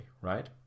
Right